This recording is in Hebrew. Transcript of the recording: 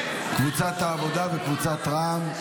קארין אלהרר,